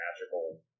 magical